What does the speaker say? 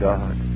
God